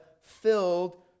filled